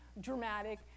dramatic